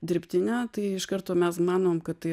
dirbtinė tai iš karto mes manom kad tai